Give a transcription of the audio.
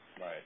Right